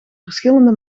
verschillende